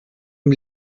dem